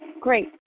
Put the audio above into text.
great